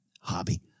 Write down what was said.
hobby